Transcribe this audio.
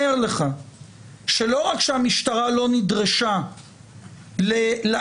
אומר לך שלא רק שהמשטרה לא נדרשה לאירוע,